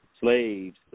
slaves